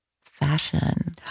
fashion